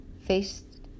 Faced